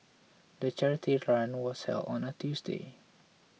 the charity run was held on a Tuesday